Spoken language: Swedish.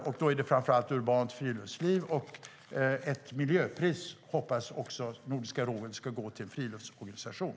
Då handlar det framför allt om urbant friluftsliv. Nordiska rådet hoppas också att kunna dela ut ett miljöpris till någon friluftsorganisation.